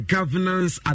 Governance